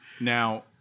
Now